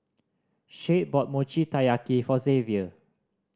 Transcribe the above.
Shade bought Mochi Taiyaki for Xavier